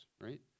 right